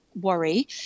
worry